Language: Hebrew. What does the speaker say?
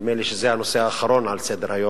נדמה לי שזה הנושא האחרון על סדר-היום,